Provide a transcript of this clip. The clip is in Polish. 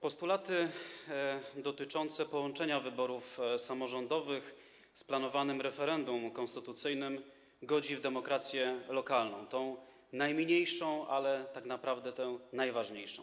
Postulaty dotyczące połączenia wyborów samorządowych z planowanym referendum konstytucyjnym godzą w demokrację lokalną, tę najmniejszą, ale tak naprawdę najważniejszą.